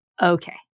Okay